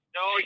no